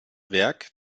werk